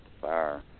fire